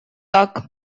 так